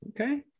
Okay